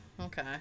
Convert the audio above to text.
okay